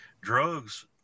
drugs